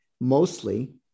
mostly